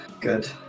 good